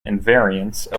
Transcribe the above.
invariance